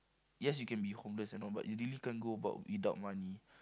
yes you can be homeless and all but you really can't go about without money